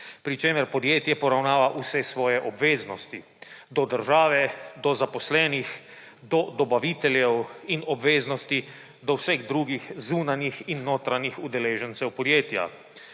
pri čemer podjetje poravnava vse svoje obveznosti – do države, do zaposlenih, do dobaviteljev – in obveznosti do vseh drugih zunanjih in notranjih udeležencev podjetja.